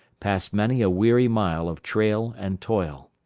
past many a weary mile of trail and toil.